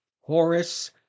Horace